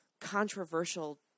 controversial